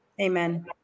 Amen